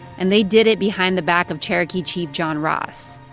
and they did it behind the back of cherokee chief john ross.